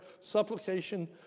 supplication